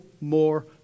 more